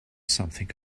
something